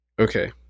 Okay